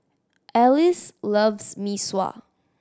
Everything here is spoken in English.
Alyce loves Mee Sua